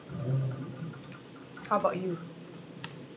how about you